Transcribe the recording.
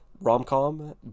rom-com